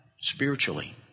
spiritually